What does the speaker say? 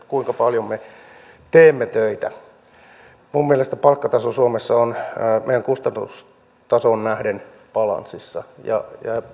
kuinka paljon me teemme töitä minun mielestäni palkkataso suomessa on meidän kustannustasoon nähden balanssissa ja